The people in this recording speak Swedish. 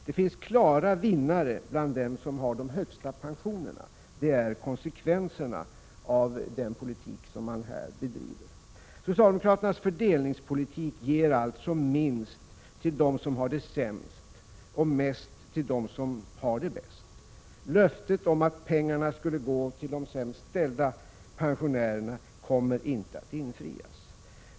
Det finns klara vinnare bland dem som har de högsta pensionerna — det är konsekvenserna av den politik man här bedriver. Socialdemokraternas fördelningspolitik ger alltså minst till dem som har = Prot. 1986/87:48 det sämst och mest till dem som har det bäst. Löftet att pengarna skulle gå till 12 december 1986 de sämst ställda pensionärerna kommer inte att infrias.